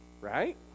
Right